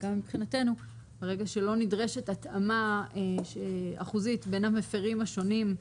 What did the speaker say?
וגם מבחינתנו ברגע שלא נדרשת התאמה אחוזית בין המפירים השונים,